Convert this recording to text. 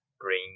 bring